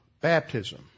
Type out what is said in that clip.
baptism